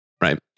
right